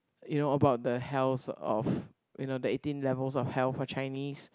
you know about the hells of you know the eighteen levels of hell for Chinese